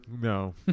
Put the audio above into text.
No